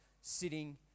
sitting